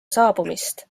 saabumist